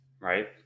right